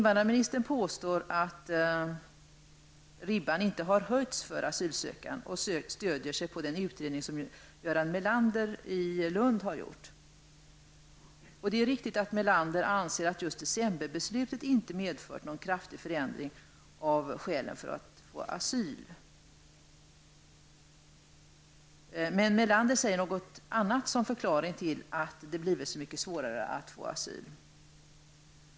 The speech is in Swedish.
Invandrarministern påstår att ribban för asylsökande inte har höjts och stödjer sig på en utredning som Göran Melander i Lund har gjort. Det är riktigt att Melander anser att just decemberbeslutet inte har medfört någon kraftig förändring av skälen för att få asyl. Men Melander anger något annat som förklaring till att det har blivit så mycket svårare att få asyl.